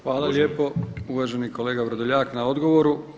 Hvala lijepo uvaženi kolega Vrdoljak na odgovoru.